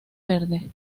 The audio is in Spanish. verde